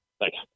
Thanks